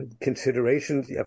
considerations